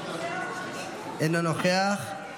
אינו נוכח.